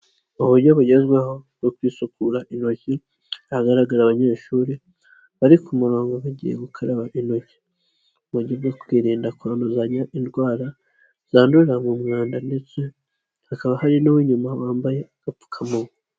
Uburyo bugezweho bwo kwisukura intoki hagaragararira abanyeshuri bari ku murongo bagiye gukaraba intok, mu buryo bwo kwirinda kwanduzanya indwara zandurira mu mwanda ndetse hakaba hari n'uw'inyuma wambaye agapfukamunwa.